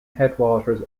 headwaters